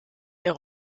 der